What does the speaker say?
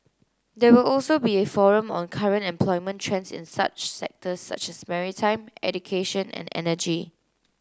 there will also be a forum on current employment trends in such sectors such as maritime education and energy